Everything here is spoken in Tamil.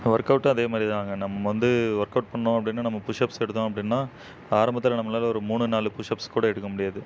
ஒர்க் அவுட்டும் அதே மாதிரி தாங்க நம்ம வந்து ஒர்க் அவுட் பண்ணிணோம் அப்படின்னா நம்ம புஷ் அப்ஸ் எடுத்தோம் அப்படின்னா ஆரம்பத்தில் நம்மளால் ஒரு மூணு நாலு புஷ் அப்ஸ் கூட எடுக்க முடியாது